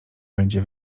będzie